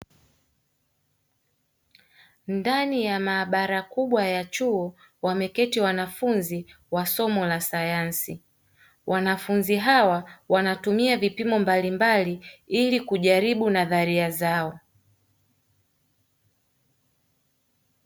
Ndani ya maabara kubwa ya chuo wameketi wanafunzi wasomo la sayansi, wanafunzi hawa wanatumia vipimo mbalimbali ili kujaribu nadharia zao.